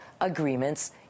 agreements